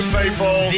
people